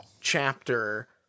chapter